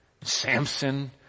Samson